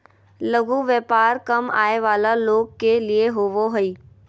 लघु व्यापार कम आय वला लोग के लिए होबो हइ